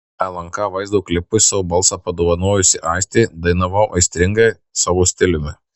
lnk vaizdo klipui savo balsą padovanojusi aistė dainavau aistringai savo stiliumi